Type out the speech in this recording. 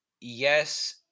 yes